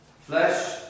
flesh